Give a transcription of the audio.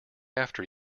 after